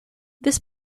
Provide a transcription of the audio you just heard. this